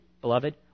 beloved